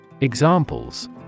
Examples